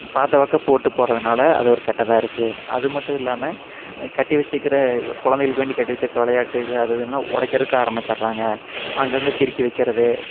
பார்த்த வாக்கா போட்டு போகறதுனால அது ஒரு கெட்டதாக இருக்கு அது மட்டும் இல்லாமல் கட்டி வச்சுக்குற குழந்தைகளுக்கு வேண்டி கட்டி வச்சுருக்க விளையாட்டு இது அது இதுனுலாம் உடைக்கிறதுக்கு ஆரமிச்சடுறாங்க அங்கே இங்கே கிறுக்கி வைக்கிறது